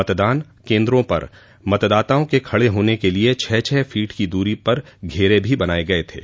मतदान केन्द्रों पर मदाताओं के खड़े होने के लिये छह छह फीट की दूरी पर घेरे भी बनाये गये थे